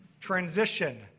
transition